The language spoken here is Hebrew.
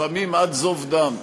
לפעמים עד זוב דם.